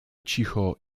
cicho